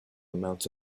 amount